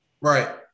Right